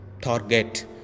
target